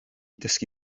dysgu